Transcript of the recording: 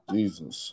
Jesus